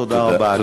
תודה רבה, אדוני.